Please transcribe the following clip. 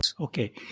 Okay